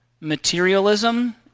materialism